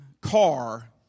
car